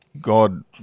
God